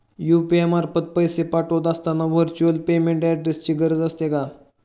UPI मार्फत पैसे पाठवत असताना व्हर्च्युअल पेमेंट ऍड्रेसची गरज असते का?